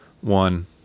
One